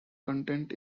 content